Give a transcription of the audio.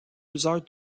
plusieurs